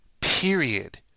Period